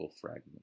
fragment